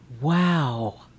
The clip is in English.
Wow